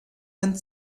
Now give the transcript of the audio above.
and